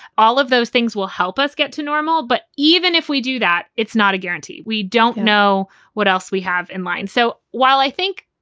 all of those things will help us get to normal. but even if we do that, it's not a guarantee. we don't know what else we have in mind. so while i think.